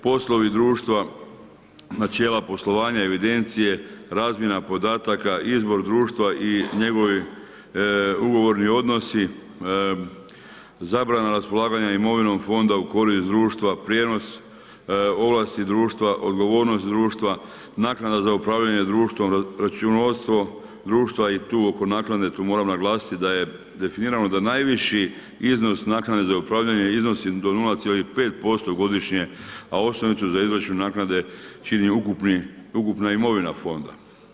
Poslovi društva, načela poslovanja, evidencije, razmjena podataka, izbor društva i njegovi ugovorni odnosi, zabrana raspolaganja imovinom Fonda u korist društva, prijenos ovlasti društva, odgovornost društva, naknada za upravljanje društvom, računovodstvo društva i tu oko naknade tu moram naglasiti da je definirano da najviši iznos naknade za upravljanje iznosi do 0,5% godišnje, a osnovicu za izračun naknade čini ukupna imovina Fonda.